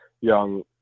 young